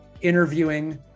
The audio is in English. interviewing